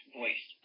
voice